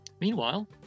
Meanwhile